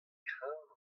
kreñv